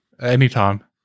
anytime